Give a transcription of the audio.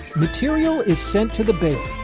material is sent to the baler.